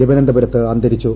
തിരുവനന്തപുരത്ത് അന്തരിച്ചു